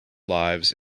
lives